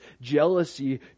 jealousy